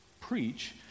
preach